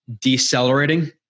decelerating